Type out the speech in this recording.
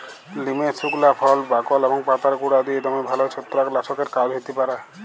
লিমের সুকলা ফল, বাকল এবং পাতার গুঁড়া দিঁয়ে দমে ভাল ছত্রাক লাসকের কাজ হ্যতে পারে